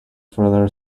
further